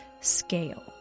scale